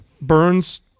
burns